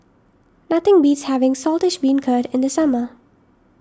nothing beats having Saltish Beancurd in the summer